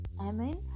Amen